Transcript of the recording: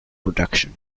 production